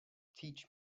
teach